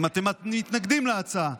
אם אתם מתנגדים להצעה,